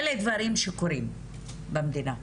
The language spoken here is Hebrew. אלה דברים שקורים במדינה.